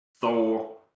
Thor